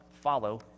follow